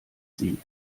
sie